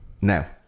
now